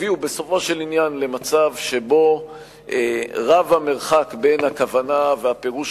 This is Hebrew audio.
הביאו בסופו של עניין למצב שבו רב המרחק בין הכוונה והפירוש